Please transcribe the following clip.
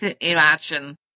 imagine